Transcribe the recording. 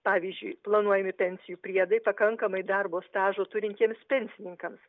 pavyzdžiui planuojami pensijų priedai pakankamai darbo stažo turintiems pensininkams